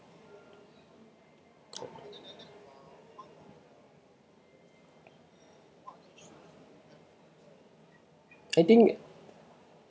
I think